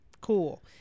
cool